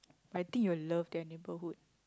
I think you'll love their neighbourhood